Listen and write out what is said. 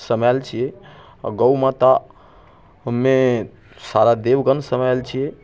सामेल छै आओर गौ मातामे सारा देवगण सामेल छियै